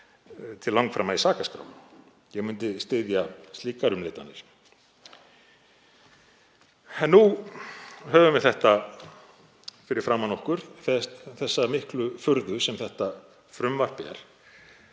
til langframa í sakaskrá. Ég myndi styðja slíkar umleitanir. Nú höfum við fyrir framan okkur þessa miklu furðu sem þetta frumvarp er.